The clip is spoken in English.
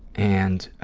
and